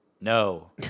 No